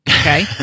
Okay